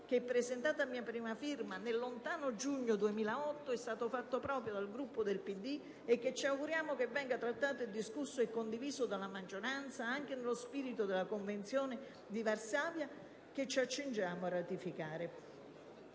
che, presentato a mia prima firma nel lontano giugno 2008, è stato fatto proprio dal Gruppo del PD e che ci auguriamo che venga trattato, discusso e condiviso dalla maggioranza anche nello spirito della Convenzione di Varsavia, che ci accingiamo a ratificare.